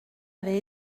avait